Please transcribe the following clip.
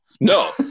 No